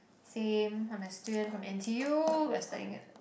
same I'm a student from N_T_U while studying a